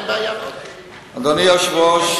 אדוני היושב-ראש,